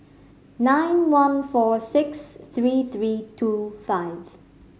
nine one four six three three two five